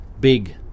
big